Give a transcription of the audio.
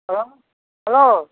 hello hello